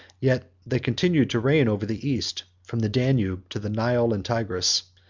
yet they continued to reign over the east, from the danube to the nile and tigris